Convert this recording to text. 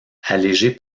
allégé